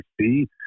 see